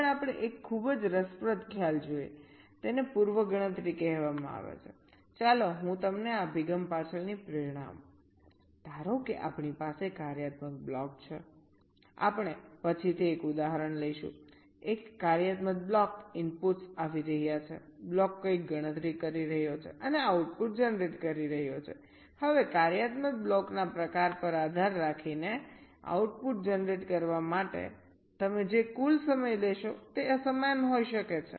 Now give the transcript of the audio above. આગળ આપણે એક ખૂબ જ રસપ્રદ ખ્યાલ જોઈએ તેને પૂર્વ ગણતરી કહેવામાં આવે છે ચાલો હું તમને આ અભિગમ પાછળની પ્રેરણા આપું ધારો કે આપણી પાસે કાર્યાત્મક બ્લોક છે આપણે પછીથી એક ઉદાહરણ લઈશું એક કાર્યાત્મક બ્લોક ઇનપુટ્સ આવી રહ્યા છે બ્લોક કંઇક ગણતરી કરી રહ્યો છે અને આઉટપુટ જનરેટ કરી રહ્યો છે હવે કાર્યાત્મક બ્લોકના પ્રકાર પર આધાર રાખીને આઉટપુટ જનરેટ કરવા માટે તમે જે કુલ સમય લેશો તે અસમાન હોઈ શકે છે